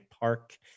Park